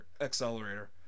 accelerator